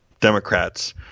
Democrats